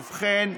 ובכן,